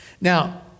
Now